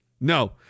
No